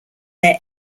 their